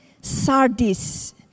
Sardis